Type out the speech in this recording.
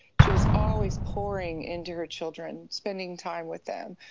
she was always pouring into her children, spending time with them.